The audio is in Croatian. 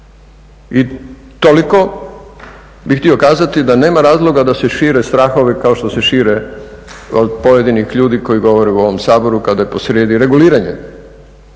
I toliko bih htio kazati da nema razloga da se šire strahovi kao što se šire od pojedinih ljudi koji govore u ovom Saboru kada je posrijedi reguliranje